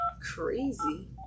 Crazy